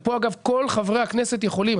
ופה, אגב, כל חברי הכנסת יכולים.